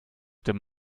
dem